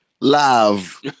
love